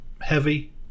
heavy